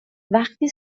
وقتی